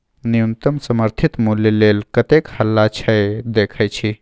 न्युनतम समर्थित मुल्य लेल कतेक हल्ला छै देखय छी